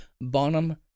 Bonham